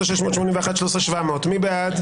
13,641 עד 13,660, מי בעד?